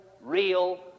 real